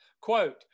Quote